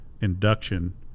induction